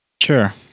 Sure